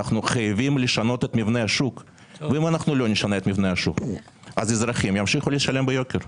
אנחנו חייבים לשנות את מבנה השוק אז אזרחים ימשיכו לשלם ביוקר.